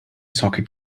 soccer